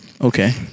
Okay